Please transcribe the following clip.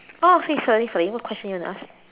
oh okay sorry sorry what question you want to ask